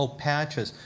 patches.